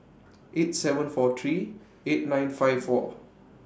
eight seven four three eight nine five four